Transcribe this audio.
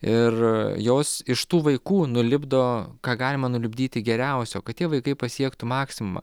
ir jos iš tų vaikų nulipdo ką galima nulipdyti geriausio kad tie vaikai pasiektų maksimumą